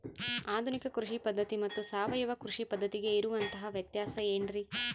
ಆಧುನಿಕ ಕೃಷಿ ಪದ್ಧತಿ ಮತ್ತು ಸಾವಯವ ಕೃಷಿ ಪದ್ಧತಿಗೆ ಇರುವಂತಂಹ ವ್ಯತ್ಯಾಸ ಏನ್ರಿ?